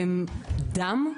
דם.